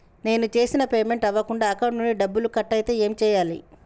నేను చేసిన పేమెంట్ అవ్వకుండా అకౌంట్ నుంచి డబ్బులు కట్ అయితే ఏం చేయాలి?